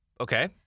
okay